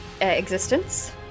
existence